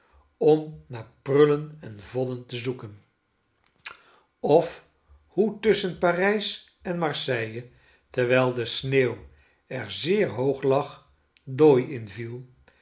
om naar prullen en vodden te zoeken of hoe tusschen parijs enmar seille terwijl de sneeuw er zeer hoog lag dooi inviel